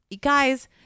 guys